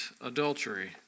adultery